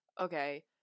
okay